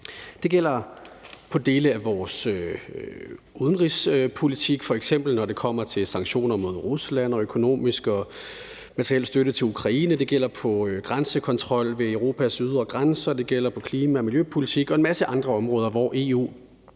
Det gælder på dele af vores udenrigspolitik, f.eks. når det kommer til sanktioner mod Rusland og økonomisk og materiel støtte til Ukraine. Det gælder grænsekontrol ved Europas ydre grænser. Det gælder klima- og miljøpolitik og en masse andre områder, hvor EU